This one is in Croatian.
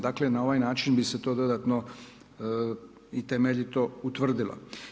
Dakle na ovaj način bi se to dodatno i temeljito utvrdilo.